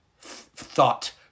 thought